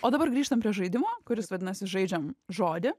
o dabar grįžtam prie žaidimo kuris vadinasi žaidžiam žodį